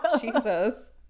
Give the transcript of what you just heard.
Jesus